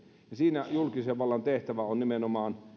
siinä julkisen vallan tehtävä on nimenomaan